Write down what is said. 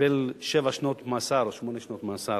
קיבל שבע שנות מאסר, או שמונה שנות מאסר.